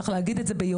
צריך להגיד את זה ביושר.